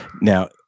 Now